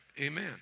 Amen